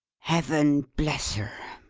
heaven bless her!